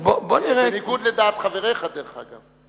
בניגוד לדעת חבריך, דרך אגב.